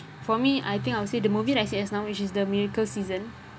for me I think I would say the movie that I say just now which is the miracle season